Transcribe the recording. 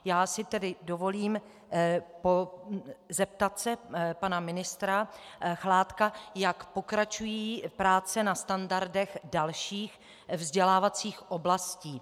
Já si tedy dovolím zeptat se pana ministra Chládka, jak pokračují práce na standardech dalších vzdělávacích oblastí.